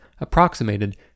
approximated